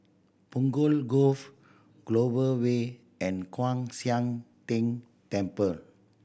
Punggol Cove Clover Way and Kwan Siang Tng Temple